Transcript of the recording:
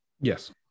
yes